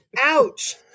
Ouch